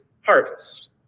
harvest